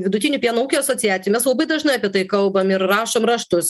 vidutinių pieno ūkių asociacija mes labai dažnai apie tai kalbam ir rašom raštus